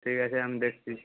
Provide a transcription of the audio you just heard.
ঠিক আছে আমি দেখছি